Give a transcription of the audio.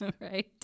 right